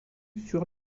sur